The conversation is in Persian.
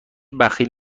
بخیل